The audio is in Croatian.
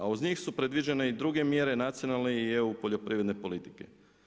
A uz njih su predviđene i druge mjere nacionalne i EU poljoprivredne politike.